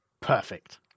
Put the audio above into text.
Perfect